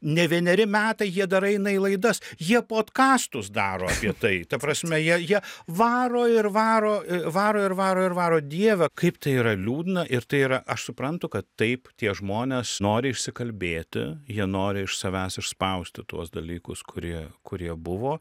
ne vieneri metai jie dar eina į laidas jie podkastus daro apie tai ta prasme jie jie varo ir varo varo ir varo ir varo dieve kaip tai yra liūdna ir tai yra aš suprantu kad taip tie žmonės nori išsikalbėti jie nori iš savęs išspausti tuos dalykus kurie kurie buvo